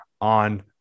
on